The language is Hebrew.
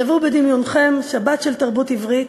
שוו בדמיונכם שבת של תרבות עברית,